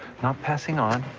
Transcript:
not passing on,